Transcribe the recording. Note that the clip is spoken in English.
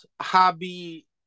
hobby